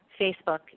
Facebook